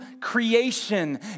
creation